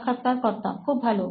সাক্ষাৎকারকর্তা খুব ভালো